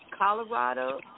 Colorado